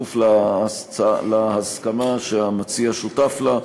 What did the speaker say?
כפוף להסכמה שהמציע שותף לה,